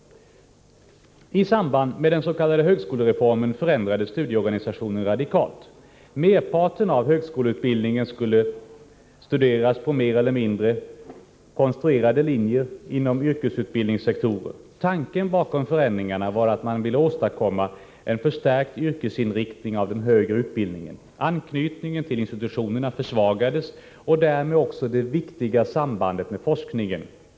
I samband med den s.k. högskolereformen förändrades studieorganisationen radikalt. Merparten av högskoleutbildningen skulle studeras på mer eller mindre konstruerade linjer inom yrkesutbildningssektorer. Tanken bakom förändringarna var att man ville åstadkomma en förstärkt yrkesinriktning av den högre utbildningen. Anknytningen till institutionerna försvagades och därmed också det viktiga sambandet med forskningen.